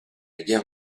guerre